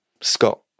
Scott